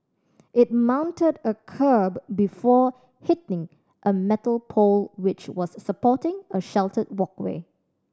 it mounted a kerb before hitting a metal pole which was supporting a sheltered walkway